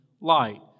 light